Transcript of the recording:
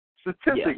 statistically